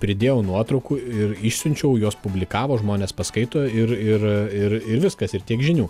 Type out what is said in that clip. pridėjau nuotraukų ir išsiunčiau juos publikavo žmonės paskaito ir ir ir ir viskas ir tiek žinių